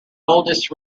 oldest